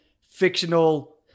fictional